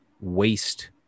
waste